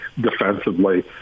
defensively